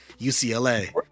UCLA